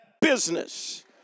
business